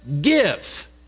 give